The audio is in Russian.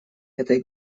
этой